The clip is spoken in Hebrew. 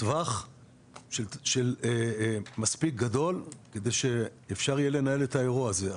טווח מספיק גדול כדי שאפשר יהיה לנהל את האירוע הזה.